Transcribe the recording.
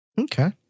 Okay